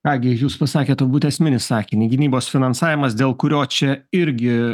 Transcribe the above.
ką gi jūs pasakėt turbūt esminį sakinį gynybos finansavimas dėl kurio čia irgi